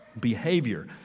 behavior